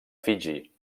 fiji